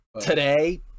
Today